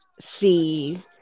see